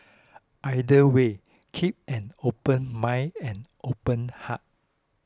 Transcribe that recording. either way keep an open mind and open heart